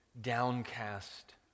downcast